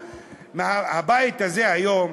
הבית הזה היום,